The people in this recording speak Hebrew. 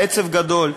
העצב גדול,